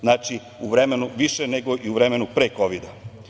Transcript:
Znači, više nego i u vremenu pre Kovida.